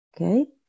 okay